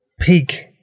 Peak